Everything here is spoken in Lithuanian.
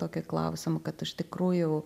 tokį klausimą kad iš tikrųjų